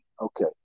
Okay